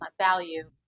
value